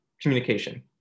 communication